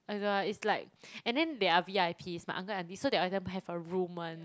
I don't know lah it's like and then they are v_i_ps my uncle and aunty so they every time have a room [one]